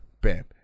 bam